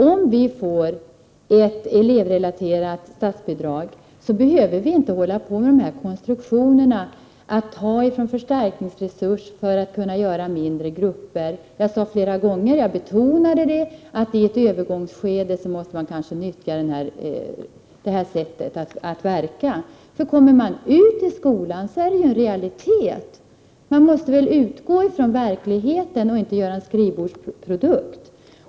Om vi får ett elevrelaterat statsbidrag, behöver vi inte hålla på med konstruktionerna att ta från förstärkningsresursen för att kunna skapa mindre grupper. Jag sade flera gånger, och jag betonade att man i ett övergångsskede kanske måste nyttja det här sättet att verka. När man kommer ut i skolan finner man ju att detta är en realitet. Man måste väl utgå från verkligheten och inte göra en skrivbordsprodukt.